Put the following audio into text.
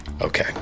Okay